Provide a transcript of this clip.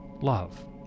love